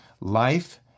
Life